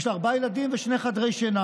יש לה ארבעה ילדים ושני חדרי שינה